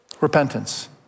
Repentance